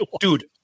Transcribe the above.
Dude